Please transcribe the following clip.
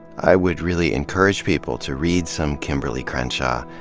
i would really encourage people to read some kimberle crenshaw,